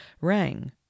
rang